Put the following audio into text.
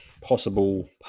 possible